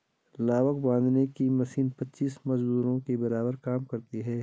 लावक बांधने की मशीन पच्चीस मजदूरों के बराबर काम करती है